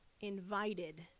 invited